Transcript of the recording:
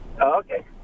okay